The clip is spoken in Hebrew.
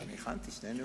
אני הכנתי שני נאומים.